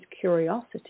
curiosity